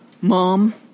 Mom